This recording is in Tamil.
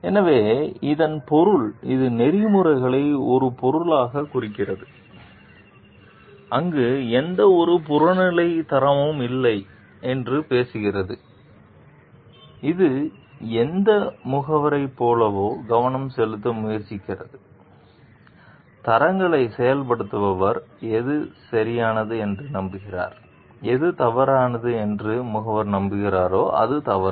எனவே இதன் பொருள் இது நெறிமுறைகளை ஒரு பொருளாகக் குறிக்கிறது அங்கு எந்தவொரு புறநிலை தரமும் இல்லை என்று பேசுகிறது இது எந்த முகவரைப் போலவே கவனம் செலுத்த முயற்சிக்கிறது தரங்களை செயல்படுத்துபவர் எது சரியானது என்று நம்புகிறார் எது தவறு என்று முகவர் நம்புகிறாரோ அது தவறு